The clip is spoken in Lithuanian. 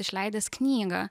išleidęs knygą